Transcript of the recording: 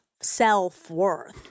self-worth